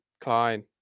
Klein